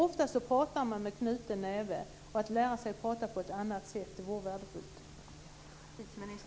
Ofta pratar man med knuten näve. Att lära sig prata på ett annat sätt vore värdefullt.